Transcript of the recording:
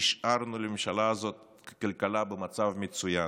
השארנו לממשלה הזאת כלכלה במצב מצוין,